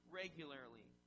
regularly